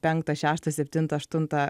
penktą šeštą septintą aštuntą